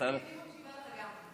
אני מקשיבה לך גם.